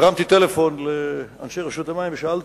הרמתי טלפון לאנשי רשות המים ושאלתי: